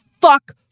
fuck